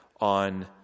on